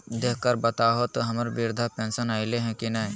देख कर बताहो तो, हम्मर बृद्धा पेंसन आयले है की नय?